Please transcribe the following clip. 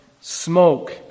smoke